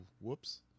Whoops